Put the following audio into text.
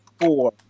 four